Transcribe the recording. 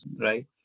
right